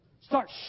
Start